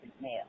male